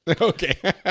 Okay